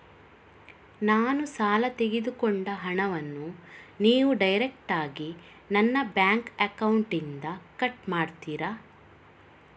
ನಾನು ಸಾಲ ತೆಗೆದುಕೊಂಡ ಹಣವನ್ನು ನೀವು ಡೈರೆಕ್ಟಾಗಿ ನನ್ನ ಬ್ಯಾಂಕ್ ಅಕೌಂಟ್ ಇಂದ ಕಟ್ ಮಾಡ್ತೀರಾ?